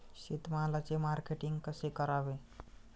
शेतमालाचे मार्केटिंग कसे करावे?